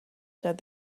said